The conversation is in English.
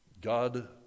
God